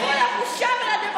אין גבול לבושה, בושה וחרפה.